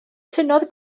tynnodd